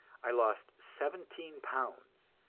i lost seventeen pounds,